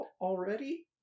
already